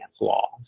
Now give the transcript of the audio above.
law